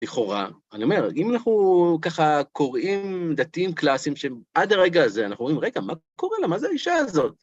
לכאורה, אני אומר, אם אנחנו ככה קוראים דתיים קלאסיים שעד הרגע הזה, אנחנו רואים, רגע, מה קורה לה? מה זו אישה הזאת?